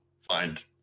find